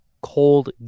cold